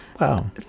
Wow